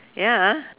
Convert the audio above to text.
ya ah